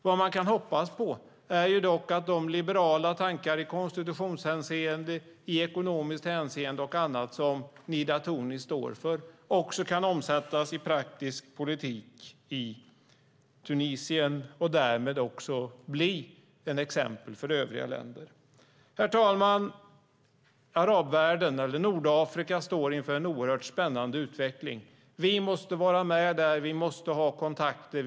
Vad man kan hoppas på är dock att de moderna tankar i konstitutionshänseende, i ekonomiskt hänseende och annat som Nida Tunis står för också kan omsättas i praktisk politik i Tunisien och därmed bli ett exempel för övriga länder. Herr talman! Arabvärlden eller Nordafrika står inför en oerhört spännande utveckling. Vi måste vara med där. Vi måste ha kontakter.